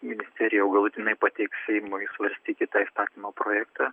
ministerija jau galutinai pateiks seimui svarstyti tą įstatymo projektą